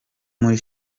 muri